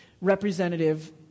representative